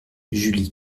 julie